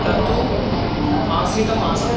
तत्तु आश्रितमासम्